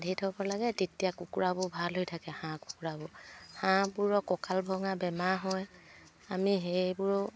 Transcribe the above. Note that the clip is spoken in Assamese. বান্ধি থ'ব লাগে তেতিয়া কুকুৰাবোৰ ভাল হৈ থাকে হাঁহ কুকুৰাবোৰ হাঁহবোৰৰ কঁকাল ভঙা বেমাৰ হয় আমি সেইবোৰো